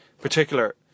particular